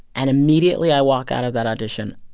and immediately, i walk out of that audition.